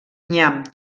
nyam